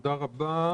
תודה רבה.